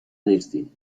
نیستین